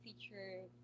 feature